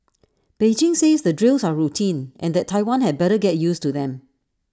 Beijing says the drills are routine and that Taiwan had better get used to them